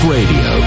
Radio